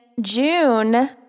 June